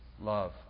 Love